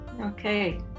okay